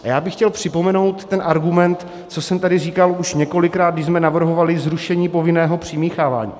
A já bych chtěl připomenout ten argument, co jsem tady říkal už několikrát, když jsme navrhovali zrušení povinného přimíchávání.